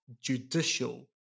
judicial